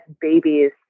babies